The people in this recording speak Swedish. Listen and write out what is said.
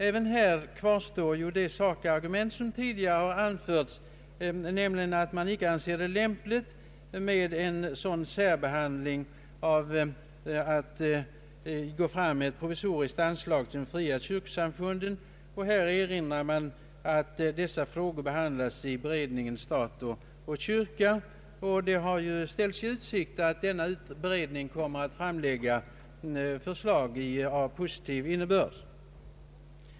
Även här kvarstår de sakargument som tidigare har anförts, nämligen att man icke anser det lämpligt med en sådan särbehandling — ett provisoriskt anslag till de fria kyrkosamfunden. Utskottet erinrar om att dessa frågor behandlas av beredningen kyrka—stat. Det har ställts i utsikt att denna beredning kommer att framlägga förslag av positiv innebörd.